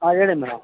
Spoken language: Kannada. ಹಾಂ ಹೇಳಿ ಮೇಡಮ್